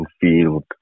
field